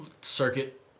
circuit